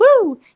woo